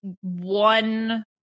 one